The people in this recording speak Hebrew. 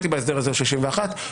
אני חושב שזו טעות חמורה.